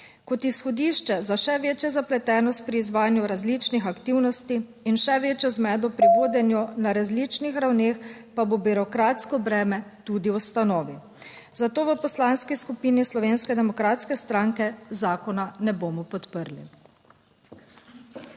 Kot izhodišče za še večjo zapletenost pri izvajanju različnih aktivnosti in še večjo zmedo pri vodenju na različnih ravneh pa bo birokratsko breme tudi ustanovi. Zato v Poslanski skupini Slovenske demokratske stranke zakona ne bomo podprli.